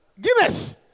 Guinness